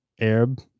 Arab